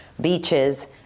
beaches